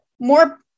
more